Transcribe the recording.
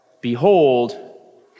Behold